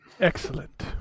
Excellent